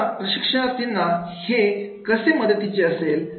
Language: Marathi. आता प्रशिक्षणार्थींना हे कसे मदतीचे असेल